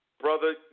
brother